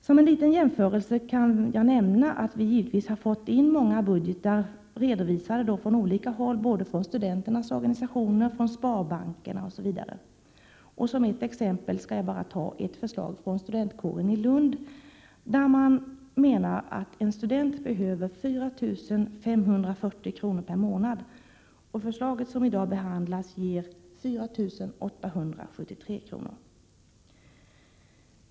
Som en liten jämförelse kan jag nämna att vi givetvis har fått många budgetar redovisade från olika håll, både från studenternas organisationer och från sparbanker osv. Som ett exempel kan jag ta ett förslag från studentkåren i Lund som menar att en student behöver 4 540 kr. per månad, och det förslag som i dag behandlas ger 4 873 kr.